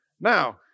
Now